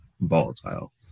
volatile